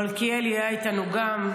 מלכיאלי היה איתנו גם.